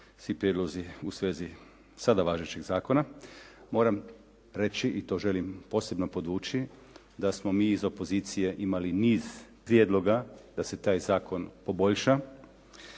svi prijedlozi u svezi sada važećeg zakona. Moram reći i to želim posebno podvući da smo mi iz opozicije imali niz prijedloga da se taj zakon poboljša.